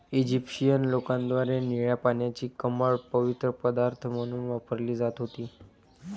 Egyptian लोकांद्वारे निळ्या पाण्याची कमळ पवित्र पदार्थ म्हणून वापरली जात होती